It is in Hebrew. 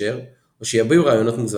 והקשר או שיביעו רעיונות מוזרים.